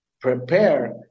prepare